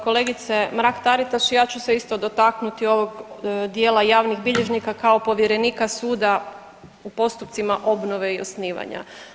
Kolegice Mrak Taritaš ja ću se isto dotaknuti ovog dijela javnih bilježnika kao povjerenika suda u postupcima obnove i osnivanja.